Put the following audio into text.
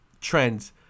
trends